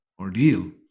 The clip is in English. ordeal